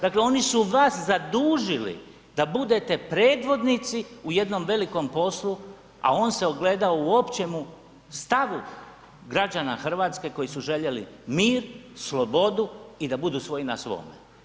Dakle oni su vas zadužili da budete predvodnici u jednom velikom poslu a on se ogledao u općemu stavu građana Hrvatske koji su željeli mir, slobodu i da budu svoj na svome.